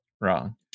wrong